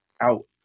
out